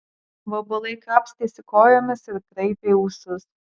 vabalai kapstėsi kojomis ir kraipė ūsus